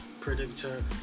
predictor